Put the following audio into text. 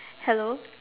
hello